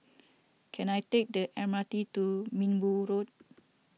can I take the M R T to Minbu Road